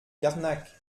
carnac